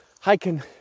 hiking